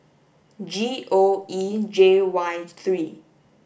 G O E J Y three